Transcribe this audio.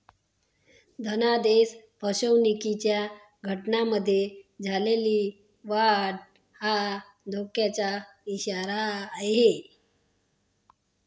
धनादेश फसवणुकीच्या घटनांमध्ये झालेली वाढ हा धोक्याचा इशारा आहे